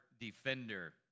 Defender